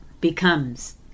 becomes